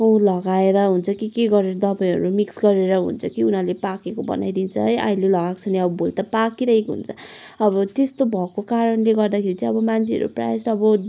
उ लगाएर हुन्छ कि के गरेर दबाईहरू मिक्स गरेर हुन्छ कि उनीहरूले पाकेको बनाइदिन्छ है अहिले लगाएको छ भने भोलि त पाकिरहेको हुन्छ अब त्यस्तो भएको कारणले गर्दाखेरि चाहिँ अब मान्छेहरू प्रायः जस्तो अब